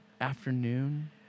afternoon